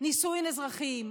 נישואים אזרחיים.